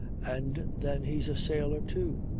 and then he's a sailor too.